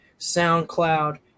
SoundCloud